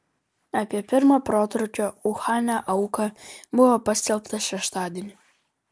apie pirmą protrūkio uhane auką buvo paskelbta šeštadienį